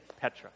Petra